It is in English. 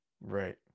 Right